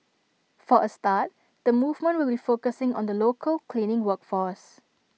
for A start the movement will focusing on the local cleaning work force